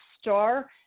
star